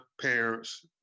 parents